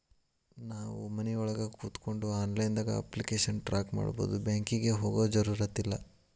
ನಾವು ಮನಿಒಳಗ ಕೋತ್ಕೊಂಡು ಆನ್ಲೈದಾಗ ಅಪ್ಲಿಕೆಶನ್ ಟ್ರಾಕ್ ಮಾಡ್ಬೊದು ಬ್ಯಾಂಕಿಗೆ ಹೋಗೊ ಜರುರತಿಲ್ಲಾ